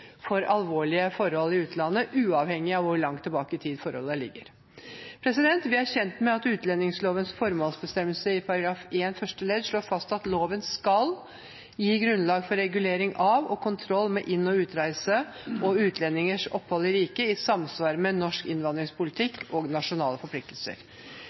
for alvorlige forhold i utlandet, uavhengig av hvor langt tilbake i tid forholdet ligger. Vi er kjent med at utlendingslovens formålsbestemmelse i § 1 første ledd slår fast at: «Loven skal gi grunnlag for regulering av og kontroll med inn- og utreise, og utlendingers opphold i riket, i samsvar med norsk innvandringspolitikk og nasjonale forpliktelser.»